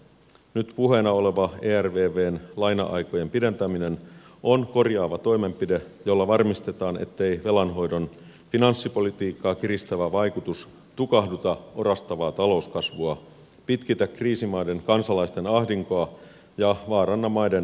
nyt puheena oleva ervvn laina aikojen pidentäminen on korjaava toimenpide jolla varmistetaan ettei velanhoidon finanssipolitiikkaa kiristävä vaikutus tukahduta orastavaa talouskasvua pitkitä kriisimaiden kansalaisten ahdinkoa ja vaaranna maiden paluuta rahoitusmarkkinoille